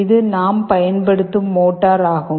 இது நாம் பயன்படுத்தும் மோட்டார் ஆகும்